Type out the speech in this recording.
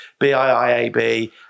BIIAB